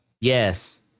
Yes